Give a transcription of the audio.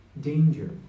danger